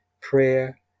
prayer